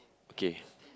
okay